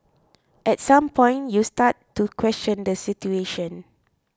at some point you start to question the situation